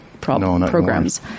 programs